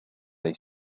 they